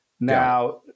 Now